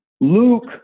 Luke